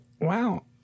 Wow